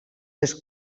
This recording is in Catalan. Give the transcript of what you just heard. les